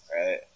right